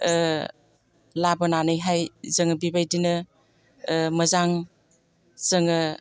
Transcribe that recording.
लाबोनानैहाय जों बेबायदिनो मोजां जोङो